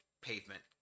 pavement